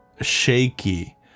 shaky